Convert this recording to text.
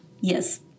Yes